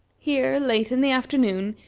here, late in the afternoon,